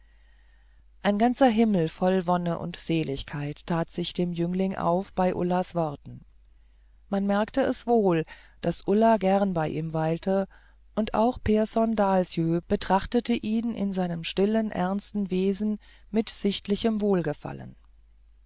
ein ganzer himmel voll wonne und seligkeit tat sich dem jüngling auf bei ullas worten man merkte es wohl daß ulla gern bei ihm weilte und auch pehrson dahlsjö betrachtete ihn in seinem stillen ernsten wesen mit sichtlichem wohlgefallen